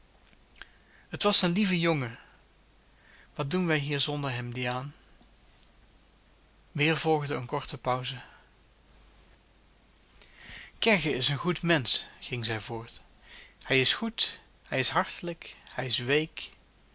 het was een lieve jongen wat doen wij hier zonder hem diaan weder volgde een korte pauze kegge is een goed mensch ging zij voort hij is goed hij is hartelijk hij is week